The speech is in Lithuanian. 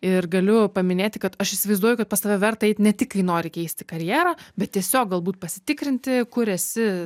ir galiu paminėti kad aš įsivaizduoju kad pas tave verta eit ne tik kai nori keisti karjerą bet tiesiog galbūt pasitikrinti kur esi